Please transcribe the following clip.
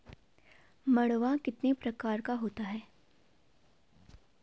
मंडुआ कितने प्रकार का होता है?